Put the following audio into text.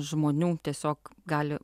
žmonių tiesiog gali